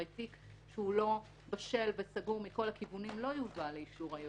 הרי תיק שהוא לא בשל וסגור מכל הכיוונים לא יובא לאישור היועץ.